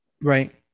Right